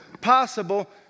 possible